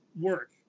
work